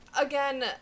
again